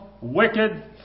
wicked